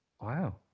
wow